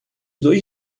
dois